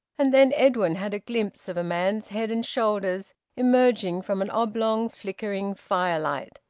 and then edwin had a glimpse of a man's head and shoulders emerging from an oblong flickering firelight.